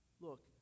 Look